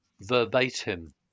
verbatim